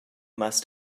must